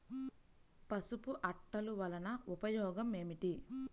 పసుపు అట్టలు వలన ఉపయోగం ఏమిటి?